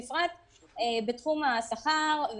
בפרט בתחום השכר,